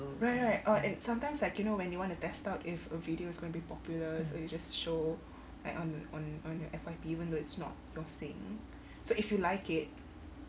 right right and sometimes like you know when you want to test out if a video is gonna be popular so you just show like on on on your F_Y_P even though it's not your scene so if you like it